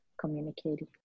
communicating